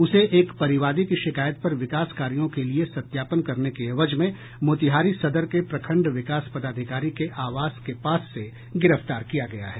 उसे एक परिवादी की शिकायत पर विकास कार्यों के लिए सत्यापन करने के एवज में मोतिहारी सदर के प्रखंड विकास पदाधिकारी के आवास के पास से गिरफ्तार किया गया है